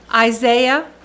Isaiah